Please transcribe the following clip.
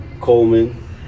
coleman